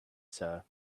sir